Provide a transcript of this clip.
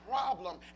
problem